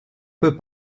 peut